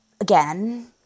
again